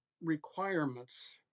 requirements